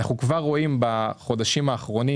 אנחנו כבר רואים בחודשים האחרונים,